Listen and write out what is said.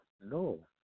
No